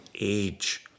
age